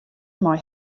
mei